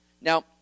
Now